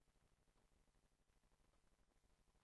התשע"ה, 9